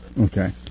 Okay